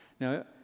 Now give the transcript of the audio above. Now